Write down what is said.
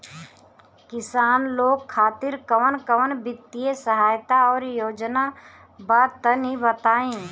किसान लोग खातिर कवन कवन वित्तीय सहायता और योजना बा तनि बताई?